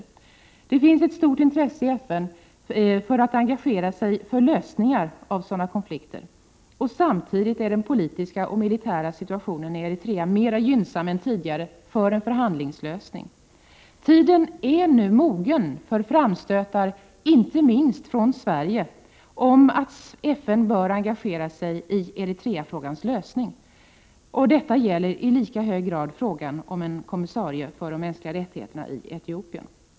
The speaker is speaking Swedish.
Dessutom finns det ett stort intresse i FN för att engagera sig i lösningar av sådana konflikter. Samtidigt är den politiska och militära situationen i Eritrea mera gynnsam än tidigare när det gäller en förhandlingslösning. Tiden är alltså nu mogen för framstötar, inte minst från Sverige, om att FN bör engagera sig i Eritreafrågans lösning. Detta gäller i lika hög grad frågan om en kommissarie för de mänskliga rättigheterna i Etiopien.